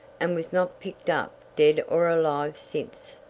and was not picked up dead or alive since.